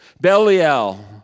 Belial